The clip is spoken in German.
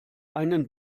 einen